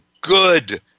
good